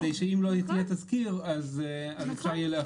כדי שאם לא יהיה תזכיר אז אפשר יהיה להחריג.